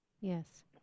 Yes